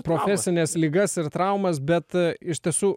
profesines ligas ir traumas bet iš tiesų